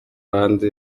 band